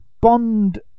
Bond